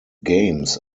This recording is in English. games